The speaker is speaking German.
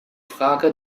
frage